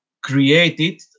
created